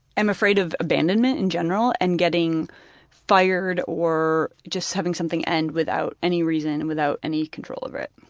am afraid of abandonment in general and getting fired or just having something end without any reason, and without any control over it.